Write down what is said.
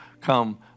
come